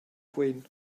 quen